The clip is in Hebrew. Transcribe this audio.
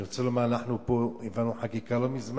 אני רוצה לומר, אנחנו פה העברנו חקיקה לא מזמן,